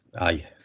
aye